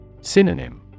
Synonym